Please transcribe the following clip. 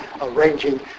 arranging